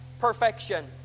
perfection